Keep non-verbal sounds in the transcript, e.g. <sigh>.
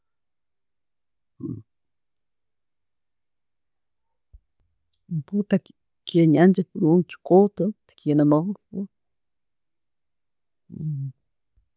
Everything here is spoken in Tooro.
Empuuta kyenjanja kirungi chikooto techiyinamaguufa. <noise>